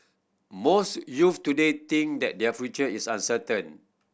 most youth today think that their future is uncertain